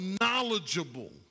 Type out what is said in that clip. knowledgeable